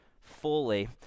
fully